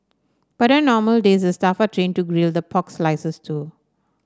but on normal days the staff are trained to grill the pork slices too